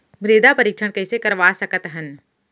मृदा परीक्षण कइसे करवा सकत हन?